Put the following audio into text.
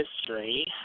history